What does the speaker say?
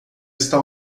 está